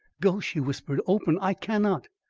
go, she whispered. open! i cannot.